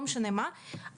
לא משנה מה,